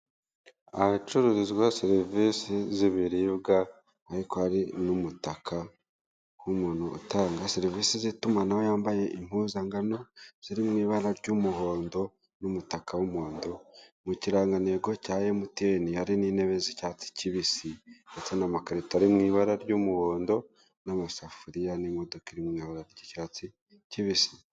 Ahacururizwa serivise z'ibribwa ariko hari n'umutaka n'umuntu utanga serivise z'itumanaho wambaye imuzangano ziri mu ibara ry'umuhondo n'umutaka w'umuhondo. Mu kirangantego cya emutiyene, hari n'intebe z'icyatsi kibisi, ndetse n'amakarita ari mu ibara ry'umuhondo, n'imodoka iri mu ibara ry'icyatsi kibisi.